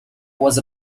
was